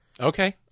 Okay